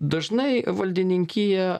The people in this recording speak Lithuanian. dažnai valdininkija